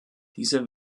diese